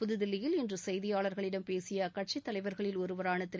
புதுதில்லியில் இன்று செய்தியாளர்களிடம் பேசிய அக்கட்சித் தலைவர்களில் ஒருவரான திரு